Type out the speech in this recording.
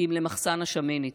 כי אם למחסן השמנת.